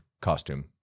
costume